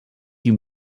you